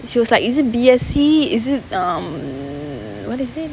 and she was like is it B_A_C is it um what is it